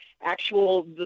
actual